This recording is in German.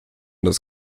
das